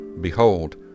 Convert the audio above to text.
Behold